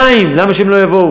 שנתיים, למה שהם לא יבואו?